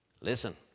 Listen